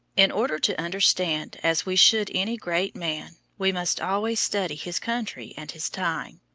in order to understand as we should any great man, we must always study his country and his time.